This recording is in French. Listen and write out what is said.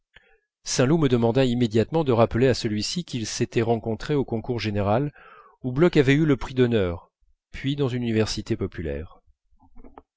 saint loup me demanda immédiatement de rappeler à celui-ci qu'ils s'étaient rencontrés au concours général où bloch avait eu le prix d'honneur puis dans une université populaire